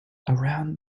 around